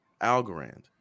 Algorand